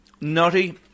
Nutty